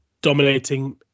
dominating